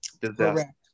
disaster